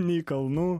nei kalnų